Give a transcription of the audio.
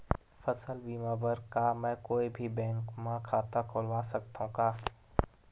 फसल बीमा बर का मैं कोई भी बैंक म खाता खोलवा सकथन का?